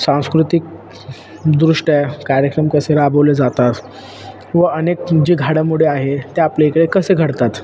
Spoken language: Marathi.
सांस्कृतिकदृष्ट्या कार्यक्रम कसे राबवले जातात व अनेक जे घडामोडी आहे ते आपल्या इकडे कसे घडतात